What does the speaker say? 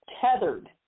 tethered